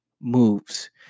moves